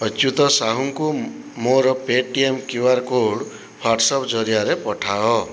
ଅଚ୍ୟୁତ ସାହୁଙ୍କୁ ମୋର Paytm QR code WhatsApp ଜରିଆରେ ପଠାଅ